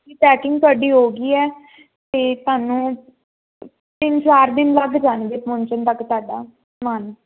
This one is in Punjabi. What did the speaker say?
ਪੈਕਿੰਗ ਹੋ ਗਈ ਐ ਤੇ ਤੁਹਾਨੂੰ ਤਿੰਨ ਚਾਰ ਦਿਨ ਲੱਗ ਜਾਣਗੇ ਪਹੁੰਚਣ ਤੱਕ ਤੁਹਾਡਾ ਸਮਾਨ